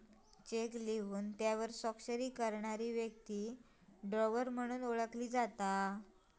check लिहून त्यावर स्वाक्षरी करणारा व्यक्ती ड्रॉवर म्हणून ओळखलो जाता